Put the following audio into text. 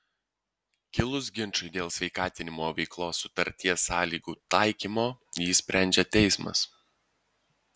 kilus ginčui dėl sveikatinimo veiklos sutarties sąlygų taikymo jį sprendžia teismas